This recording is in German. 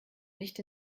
nicht